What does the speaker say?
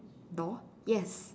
door yes